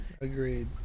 agreed